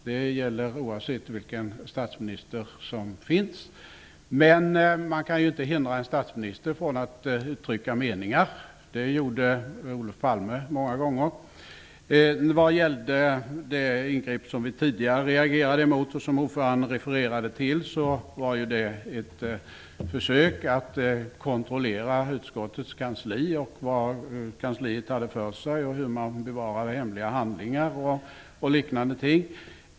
Det gäller oavsett vem som är statsminister, men man kan inte hindra en statsminister från att uttrycka meningar. Det gjorde Olof Palme många gånger. När det gäller det ingrepp som konstitutionsutskottet tidigare reagerade emot och som ordföranden refererade till, var detta ett försök att kontrollera utskottets kansli, vad kansliet hade för sig, hur man bevarade hemliga handlingar och liknande ting.